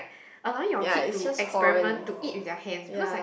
allowing your kid to experiment to eat with their hands because like